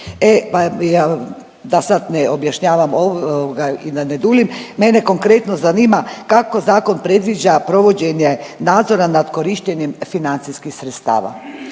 pa sad da ne objašnjavao ovoga i da ne duljim, mene konkretno zanima kako Zakon predviđa provođenje nadzora nad korištenjem financijskih sredstava?